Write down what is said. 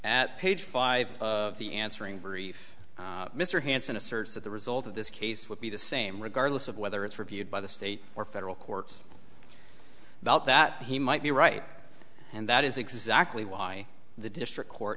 at page five of the answering brief mr hanson asserts that the result of this case will be the same regardless of whether it's reviewed by the state or federal courts about that he might be right and that is exactly why the district court